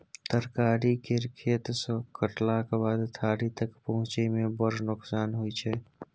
तरकारी केर खेत सँ कटलाक बाद थारी तक पहुँचै मे बड़ नोकसान होइ छै